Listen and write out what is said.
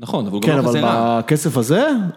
נכון, אבל הוא גם החזיר לה. כן, אבל מהכסף הזה?